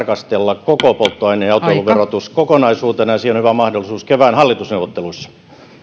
tarkastella koko polttoaineen ja autoilun verotus kokonaisuutena ja siihen on hyvä mahdollisuus kevään hallitusneuvotteluissa